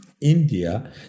India